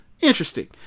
Interesting